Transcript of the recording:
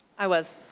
i was.